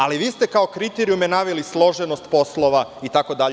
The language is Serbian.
Ali, vi ste kao kriterijume naveli složenost poslova itd.